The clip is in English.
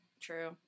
true